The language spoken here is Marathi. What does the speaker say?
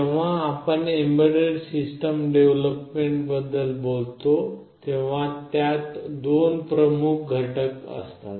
जेव्हा आपण एम्बेडेड सिस्टम डेव्हलपमेंटबद्दल बोलतो तेव्हा त्यात दोन प्रमुख घटक असतात